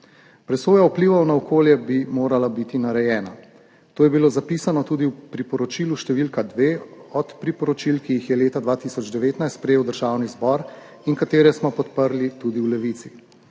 Presoja vplivov na okolje bi morala biti narejena. To je bilo zapisano tudi v priporočilu številka 2 od priporočil, ki jih je leta 2019 sprejel Državni zbor in ki smo jih podprli tudi v Levici.